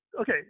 Okay